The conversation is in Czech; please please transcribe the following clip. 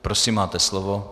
Prosím, máte slovo.